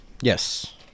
Yes